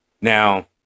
Now